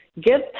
give